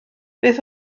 beth